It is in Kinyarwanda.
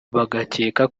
bagakeka